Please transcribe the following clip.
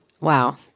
wow